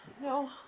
no